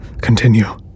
Continue